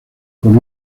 con